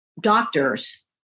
doctors